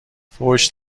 فحش